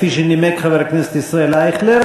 כפי שנימק חבר הכנסת אייכלר,